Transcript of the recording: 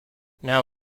now